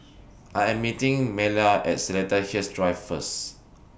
I Am meeting Maleah At Seletar Hills Drive First